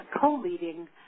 co-leading